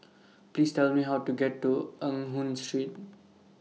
Please Tell Me How to get to Eng Hoon Street